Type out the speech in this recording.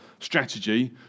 strategy